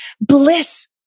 bliss